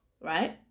right